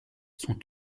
sont